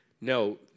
no